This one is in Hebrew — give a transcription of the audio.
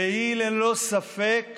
והיא ללא ספק